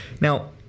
Now